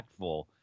impactful